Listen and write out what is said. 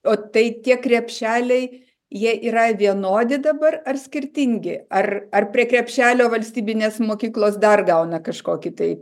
o tai tie krepšeliai jie yra vienodi dabar ar skirtingi ar ar prie krepšelio valstybinės mokyklos dar gauna kažkokį tai